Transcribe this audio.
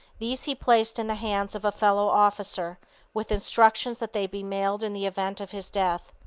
these he placed in the hands of a fellow officer with instructions that they be mailed in the event of his death.